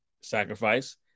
sacrifice